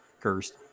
Cursed